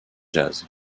jazz